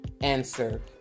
answer